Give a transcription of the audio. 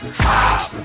hop